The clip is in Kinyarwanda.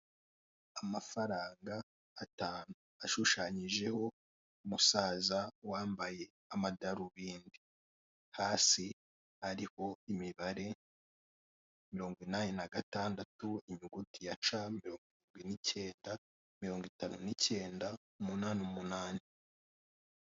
Amafaranga atanu ashushanyijeho umusaza wambaye amadarubindi hasi ariho imibare mirongo inani n'agatandatu inyuguti ya ca mirongo irindwi n'ikenda mirongo itanu n'ikenda umunani umunani.